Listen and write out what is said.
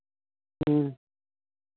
ᱦᱩᱸ